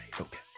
Okay